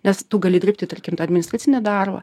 nes tu gali dirbti tarkim tą administracinį darbą